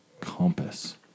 Compass